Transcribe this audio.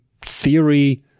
theory